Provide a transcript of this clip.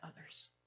others